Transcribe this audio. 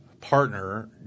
partner